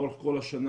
לאורך כל השנה,